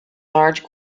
large